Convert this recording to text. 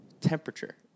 Temperature